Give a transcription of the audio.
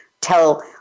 tell